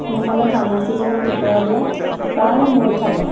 নহ'লে ঠাণ্ডা চিজনৰ কুকুৰাবিলাক প্ৰায় মৰি থাকে